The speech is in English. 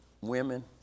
women